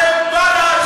אתם בל"ד ואתם בוגדים,